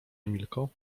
emilko